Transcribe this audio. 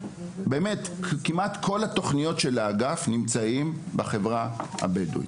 כמעט שכל התוכניות שקיימות באגף נמצאות בחברה הבדואית,